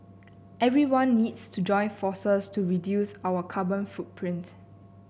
everyone needs to join forces to reduce our carbon footprint